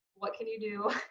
what can you do,